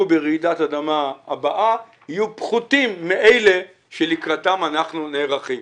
ברעידת אדמה הבאה יהיו פחותים מאלה לקראתם אנחנו נערכים.